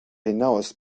hinaus